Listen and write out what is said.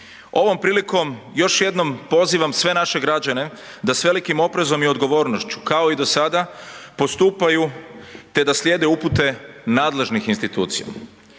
Ovom prilikom još jednom pozivam sve naše građane da s velikim oprezom i odgovornošću kao i do sada postupaju, te da slijede upute nadležnih institucija.